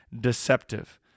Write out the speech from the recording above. deceptive